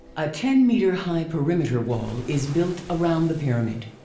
a ten meter high perimeter wall is built around the pyramid.